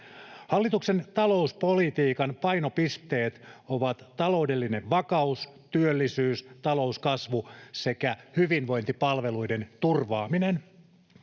Hallituksen talouspolitiikan painopisteet ovat taloudellinen vakaus, työllisyys, talouskasvu sekä hyvinvointipalveluiden turvaaminen.